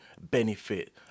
benefit